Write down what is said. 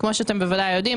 כפי שאתם יודעים בוודאי,